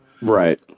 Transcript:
Right